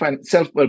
self